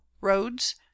roads